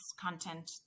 content